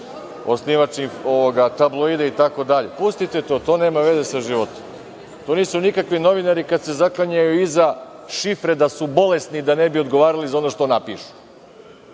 osnivač tabloida itd. Pustite to. To nema veze sa životom. To nisu nikakvi novinari kada se zaklanjaju iza šifre da su bolesni, a da ne bi odgovarali za ono što napišu.